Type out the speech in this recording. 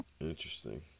Interesting